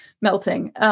melting